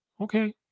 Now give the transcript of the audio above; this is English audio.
okay